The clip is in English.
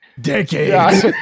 Decades